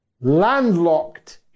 landlocked